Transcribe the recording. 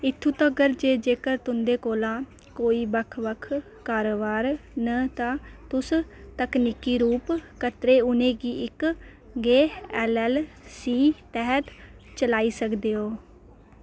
इत्थूं तक्कर जे जेकर तुं'दे कोल कोई बक्ख बक्ख कारोबार न तां तुस तकनीकी रूप कन्नै उ'नें गी इक गै एल एल सी तैह्त चलाई सकदे ओ